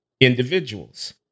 individuals